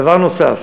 דבר נוסף,